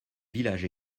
village